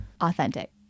authentic